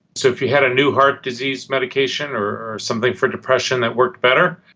so if you had a new heart disease medication or something for depression that worked better,